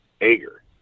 Ager